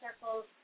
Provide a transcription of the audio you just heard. circles